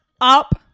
Up